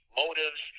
motives